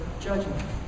judgment